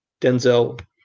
Denzel